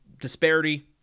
disparity